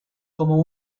como